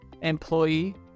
employee